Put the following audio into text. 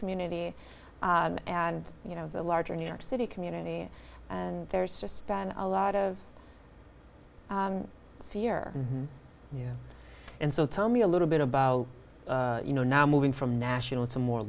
community and you know the larger new york city community and there's just been a lot of fear yeah and so tell me a little bit about you know now moving from national to more